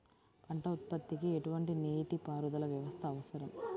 పంట ఉత్పత్తికి ఎటువంటి నీటిపారుదల వ్యవస్థ అవసరం?